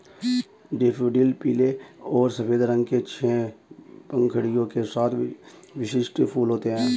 daffodil पीले और सफ़ेद रंग के छह पंखुड़ियों के साथ विशिष्ट फूल होते हैं